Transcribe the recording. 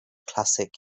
classic